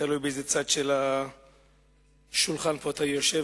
תלוי באיזה צד של השולחן פה אתה יושב,